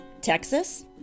Texas